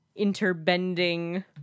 interbending